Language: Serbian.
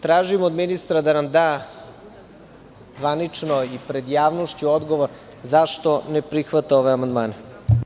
Tražim od ministra da nam da zvanično i pred javnošću odgovor zašto ne prihvata ove amandmane?